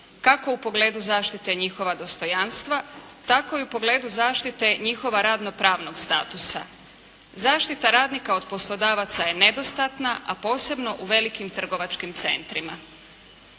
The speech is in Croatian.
kako u pogledu zaštite njihova dostojanstva, tako i u pogledu zaštite njihova radno pravnog statusa. Zaštita radnika od poslodavaca je nedostatna a posebno u velikim trgovačkim centrima.